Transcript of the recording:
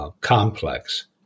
complex